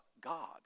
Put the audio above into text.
God